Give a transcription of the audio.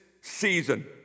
season